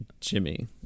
Jimmy